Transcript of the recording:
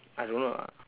I don't know lah